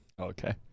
Okay